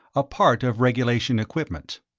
a part of regulation equipment.